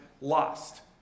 lost